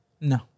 No